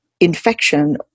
infection